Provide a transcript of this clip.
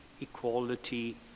equality